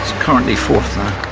currently fourth